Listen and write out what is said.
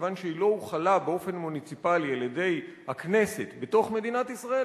כיוון שהיא לא הוחלה באופן מוניציפלי על-ידי הכנסת בתוך מדינת ישראל,